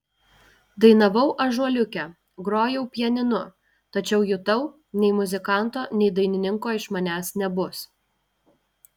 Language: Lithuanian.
dainavau ąžuoliuke grojau pianinu tačiau jutau nei muzikanto nei dainininko iš manęs nebus